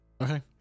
Okay